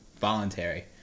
voluntary